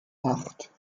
acht